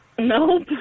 Nope